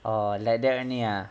oh like that only ah